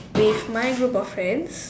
with my group of friends